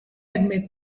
admit